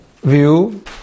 view